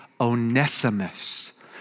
Onesimus